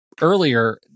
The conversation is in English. earlier